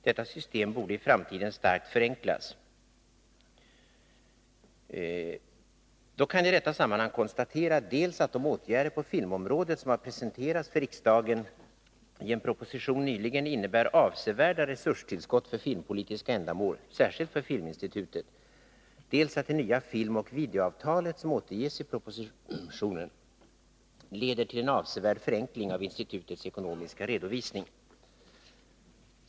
Detta system borde i framtiden starkt förenklas.” Jag kan i detta sammanhang konstatera dels att de åtgärder på filmområdet som nyligen har presenterats för riksdagen i en proposition innebär avsevärda resurstillskott för filmpolitiska ändamål, särskilt för filminstitutet, dels att det nya filmoch videoavtalet som återges i propositionen leder till en avsevärd förenkling av institutets ekonomiska redovisning.